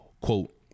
quote